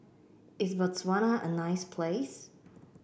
is Botswana a nice place